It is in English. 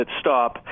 stop